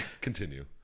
continue